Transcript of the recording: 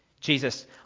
Jesus